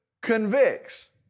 convicts